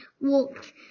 walked